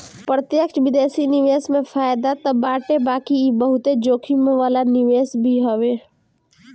प्रत्यक्ष विदेशी निवेश में फायदा तअ बाटे बाकी इ बहुते जोखिम वाला निवेश भी हवे